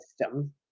system